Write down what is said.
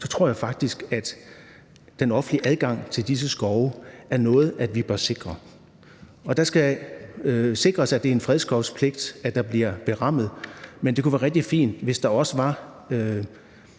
jeg tror faktisk, at den offentlige adgang til disse skove er noget, som vi bør sikre, og det skal sikres, er det er en fredskovspligt, der bliver berammet. Men det kunne være rigtig fint, hvis der også var